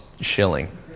Shilling